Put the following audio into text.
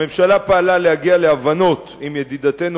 הממשלה פעלה להגיע להבנות עם ידידתנו